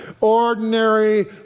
ordinary